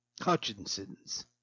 Hutchinson's